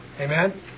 Amen